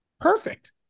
Perfect